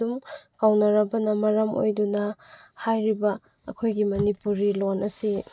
ꯑꯗꯨꯝ ꯀꯧꯅꯔꯕꯅ ꯃꯔꯝ ꯑꯣꯏꯗꯨꯅ ꯍꯥꯏꯔꯤꯕ ꯑꯩꯈꯣꯏꯒꯤ ꯃꯅꯤꯄꯨꯔꯤ ꯂꯣꯟ ꯑꯁꯤ